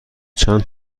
چند